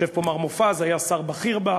יושב פה מר מופז, שהיה שר בכיר בה,